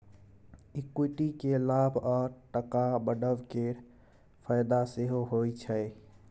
equity केँ लाभ आ टका बढ़ब केर फाएदा सेहो होइ छै